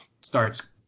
starts